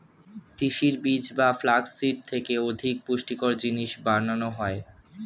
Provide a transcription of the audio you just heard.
তিসির বীজ বা ফ্লাক্স সিড থেকে অধিক পুষ্টিকর জিনিস বানানো হয়